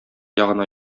ягына